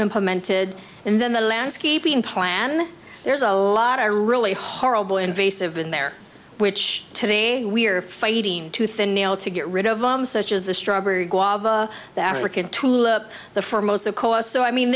implemented and then the landscaping plan there's a lot are really horrible invasive in there which today we are fighting tooth and nail to get rid of them such as the strawberry guava that work in tulip the for most of course so i mean